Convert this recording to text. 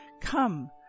Come